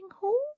hall